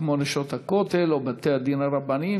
כמו "נשות הכותל" או בתי-הדין הרבניים,